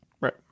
Right